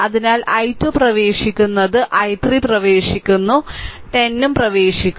അതിനാൽ i2 പ്രവേശിക്കുന്നത് i3 പ്രവേശിക്കുന്നു 10 ഉം പ്രവേശിക്കുന്നു